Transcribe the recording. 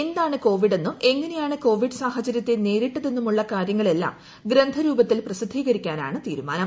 എന്താണ് കോവിഡെന്നും എങ്ങനെയാണ് കോവിഡ് സാഹചര്യത്തെ നേരിട്ടതെന്നുമുള്ള കാരൃങ്ങളെല്ലാം ഗ്രന്ഥ രൂപത്തിൽ പ്രസിദ്ധീകരിക്കാനാണ് തീരുമാനം